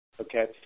okay